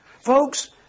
Folks